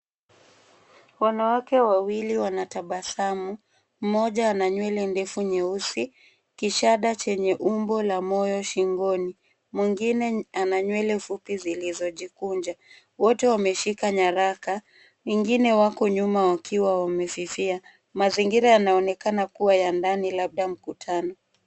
Wanawake wawili wanatabasamu. Mmoja ana nywele ndefu nyeusi, kishada chenye umbo la moyo shingoni. Mwingine ana nywele fupi zilizojikunja. Wote wameshika nyaraka. Wengine wako nyuma wakiwa wamefifia. Mazingira yanaonekana kuwa ya ndani labda mkutano.